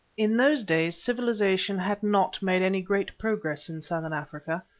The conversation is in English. in those days civilization had not made any great progress in southern africa.